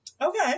okay